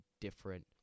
different